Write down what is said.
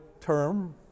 term